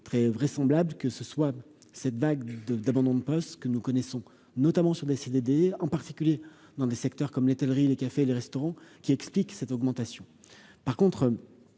très vraisemblable que ce soit cette vague de d'abandon de poste que nous connaissons notamment sur des CDD, en particulier dans des secteurs comme l'les le riz, les cafés et les restaurants qui explique cette augmentation par contre